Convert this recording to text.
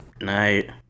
Night